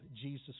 Jesus